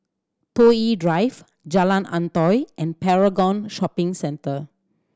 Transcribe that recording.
Toh Yi Drive Jalan Antoi and Paragon Shopping Centre